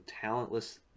talentless